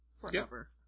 forever